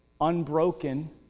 unbroken